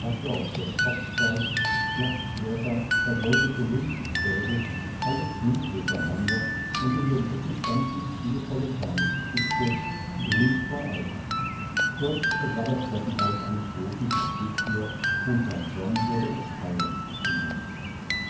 aus der zopfzeit schlachtschwerter vergoldete luntenstäbe alles hing durcheinander und in den ecken standen ziervolle kleine geschütze grün vor alter kurz es war das treppenhaus eines großen patriziers und herrn john wurde es feierlich zu